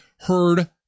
heard